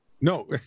No